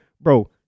bro